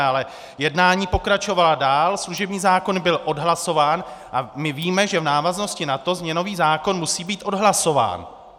Ale jednání pokračovala dál, služební zákon byl odhlasován a my víme, že v návaznosti na to změnový zákon musí být odhlasován.